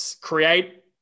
create